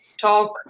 talk